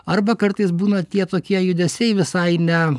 arba kartais būna tie tokie judesiai visai ne